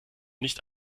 nicht